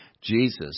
Jesus